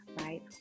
right